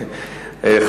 תודה,